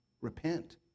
repent